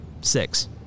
Six